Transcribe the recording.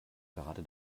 gerade